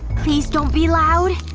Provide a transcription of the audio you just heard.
please don't be loud,